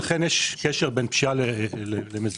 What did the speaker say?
אכן יש קשר בין פשיעה למזומן.